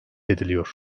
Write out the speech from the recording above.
ediliyor